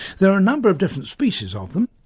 there are a number of different species of them.